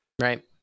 Right